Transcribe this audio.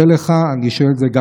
חובה לפנות לעולם.